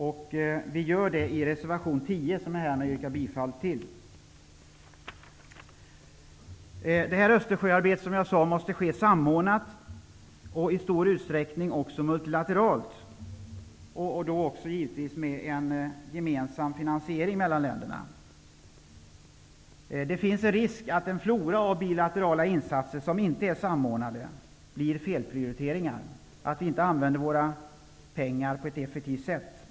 Jag yrkar härmed bifall till reservation 10. Östersjösamarbetet måste ske samordnat och i stor utsträckning också multilateralt. Finansieringen får ske gemensamt mellan länderna. Det finns en risk att en flora av bilaterala insatser som inte är samordnade blir till felprioriteringar, dvs. att pengarna inte används på ett effektivt sätt.